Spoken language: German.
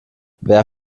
wer